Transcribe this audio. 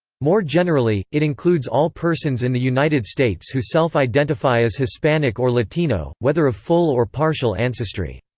more generally, it includes all persons in the united states who self-identify as hispanic or latino, whether of full or partial ancestry.